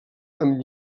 amb